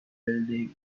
building